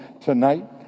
tonight